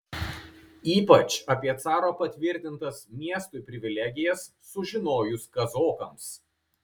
ypač apie caro patvirtintas miestui privilegijas sužinojus kazokams